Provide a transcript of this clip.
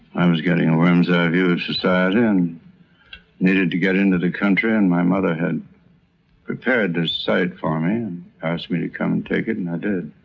i was getting a worm's eye view of society and needed to get into the country and my mother had prepared this site for me and asked me to come take it and i did.